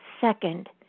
second